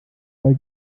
bei